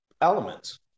elements